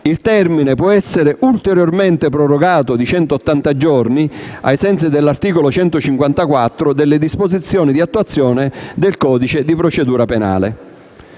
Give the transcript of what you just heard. Il termine può essere ulteriormente prorogato di centottanta giorni ai sensi dell'articolo 154 delle disposizioni di attuazione del codice di procedura penale.